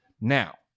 Now